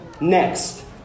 next